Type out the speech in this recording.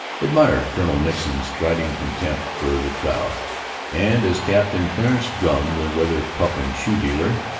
admired colonel nixon's striding contempt for the crowd and as captain clarence drum, that rather puffing shoe-dealer,